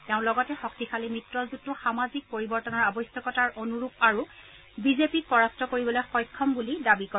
তেওঁ লগতে শক্তিশালী মিত্ৰজোঁটটো সামাজিক পৰিৱৰ্তনৰ আৱশ্যকতাৰ অনুৰূপ আৰু বিজেপিক পৰাস্ত কৰিবলৈ সক্ষম বুলি দাবী কৰে